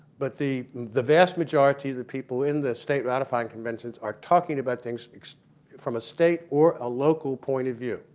but the the vast majority of the people in the state ratifying conventions are talking about things from a state or a local point of view.